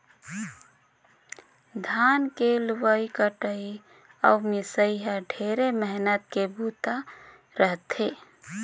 धान के लुवई कटई अउ मिंसई ह ढेरे मेहनत के बूता रह थे